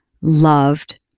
loved